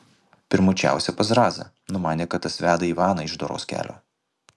pirmučiausia pas zrazą numanė kad tas veda ivaną iš doros kelio